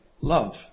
Love